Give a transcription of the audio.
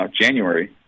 January